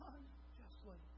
Unjustly